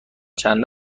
چند